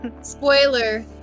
Spoiler